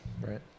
right